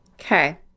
Okay